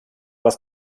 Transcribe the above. was